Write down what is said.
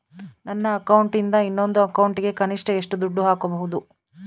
ನನ್ನ ಅಕೌಂಟಿಂದ ಇನ್ನೊಂದು ಅಕೌಂಟಿಗೆ ಕನಿಷ್ಟ ಎಷ್ಟು ದುಡ್ಡು ಹಾಕಬಹುದು?